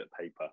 paper